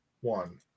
one